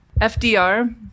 fdr